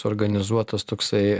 suorganizuotas toksai